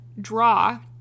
draw